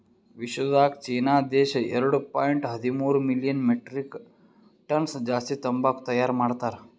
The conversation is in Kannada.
ವಿಶ್ವದಾಗ್ ಚೀನಾ ದೇಶ ಎರಡು ಪಾಯಿಂಟ್ ಹದಿಮೂರು ಮಿಲಿಯನ್ ಮೆಟ್ರಿಕ್ ಟನ್ಸ್ ಜಾಸ್ತಿ ತಂಬಾಕು ತೈಯಾರ್ ಮಾಡ್ತಾರ್